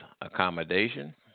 accommodation